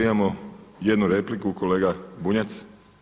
Imamo jednu repliku, kolega Bunjac.